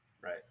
Right